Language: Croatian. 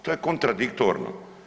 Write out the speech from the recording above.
To je kontradiktorno.